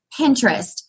Pinterest